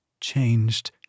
changed